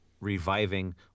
Reviving